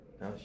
Now